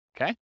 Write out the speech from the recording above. Okay